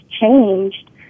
changed